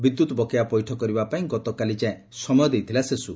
ବିଦ୍ୟୁତ୍ ବକେୟା ପୈଠ କରିବା ପାଇଁ ଗତକାଲି ଯାଏଁ ସମୟ ଦେଇଥିଲା ସେସୁ